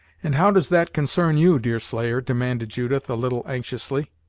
and how does that concern you, deerslayer? demanded judith, a little anxiously.